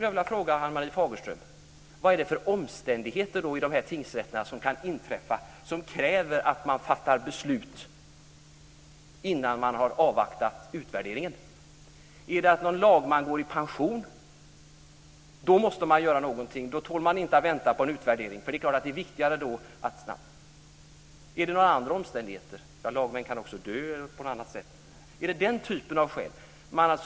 Jag vill fråga Ann-Marie Fagerström vilka omständigheter som kan inträffa som kräver att man fattar beslut om dessa tingsrätter innan man har avvaktat utvärderingen. Är det att någon lagman går i pension? Då måste man göra någonting. Då tål man inte att vänta på en utvärdering. Då är det viktigare att snabbt fatta beslut. Är det några andra omständigheter? Lagmän kan också dö. Är det den typen av skäl det handlar om?